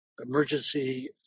emergency